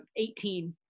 18